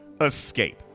escape